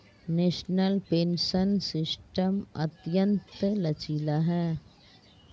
national pension system अत्यंत लचीला है